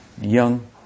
young